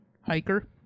hiker